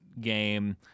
game